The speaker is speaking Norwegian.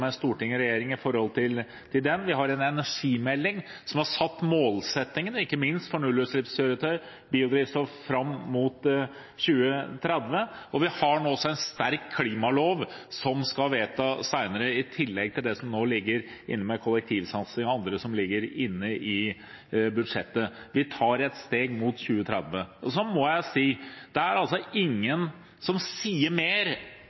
storting og regjering til den, vi har en energimelding som har satt noen målsettinger, ikke minst for nullutslippskjøretøy og biodrivstoff, fram mot 2030, og vi har nå også en sterk klimalov som skal vedtas senere, i tillegg til kollektivsatsing og annet som ligger inne i budsjettet. Vi tar et steg mot 2030. Så må jeg si at det er ingen som sier mer,